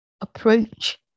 approach